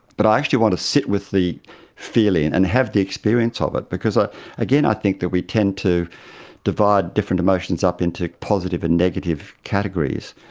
but i actually want to sit with the feeling and have the experience of it because, again, i think that we tend to divide different emotions up into positive and negative categories,